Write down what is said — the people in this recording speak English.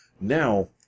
now